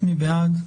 מי בעד?